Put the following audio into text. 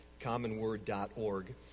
commonword.org